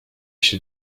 się